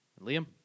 Liam